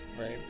right